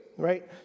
Right